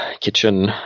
kitchen